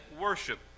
worship